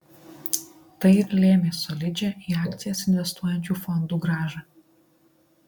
tai ir lėmė solidžią į akcijas investuojančių fondų grąžą